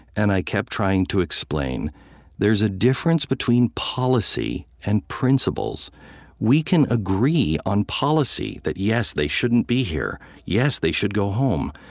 and i kept trying to explain there's a difference between policy and principles we can agree on policy that, yes, they shouldn't be here. yes, they should go home.